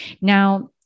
Now